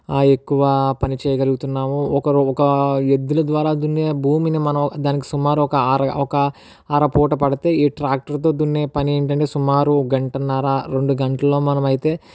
ఎక్కువ పని చేయగలుతున్నాము ఒకరు ఒక ఎద్దుల ద్వారా దున్నే భూమిని మనం ఒక సుమారు ఒక అర ఒక అర పూట పడితే ఈ ట్రాక్టరు తో దున్నే పని ఏంటంటే సుమారు గంటన్నార రెండు గంటల్లో మనమైతే